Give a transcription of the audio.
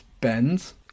Bends